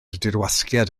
dirwasgiad